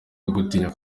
gutinya